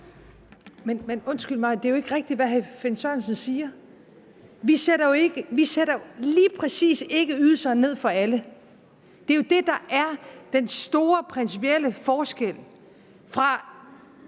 mig undskyldt, det er jo ikke rigtigt, hvad hr. Finn Sørensen siger. Vi sætter jo lige præcis ikke ydelserne ned for alle. Det er jo det, der er den store principielle forskel fra